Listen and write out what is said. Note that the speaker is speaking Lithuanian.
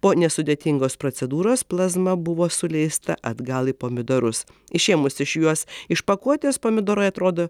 po nesudėtingos procedūros plazma buvo suleista atgal į pomidorus išėmus iš juos iš pakuotės pomidorai atrodo